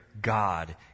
God